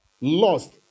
lost